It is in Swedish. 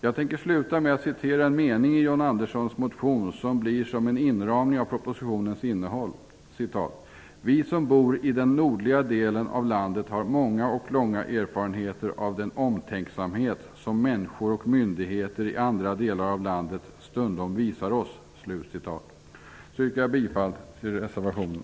Jag tänker avsluta med att citera en mening i John Anderssons motion som kan fungera som en inramning av innehållet i betänkandet: ''Vi som bor i den nordliga delen av landet har många och långa erfarenheter av den omtänksamhet som människor och myndigheter i andra delar av landet stundom visar oss.'' Jag yrkar bifall till reservationen.